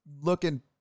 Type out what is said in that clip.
looking